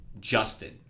Justin